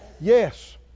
Yes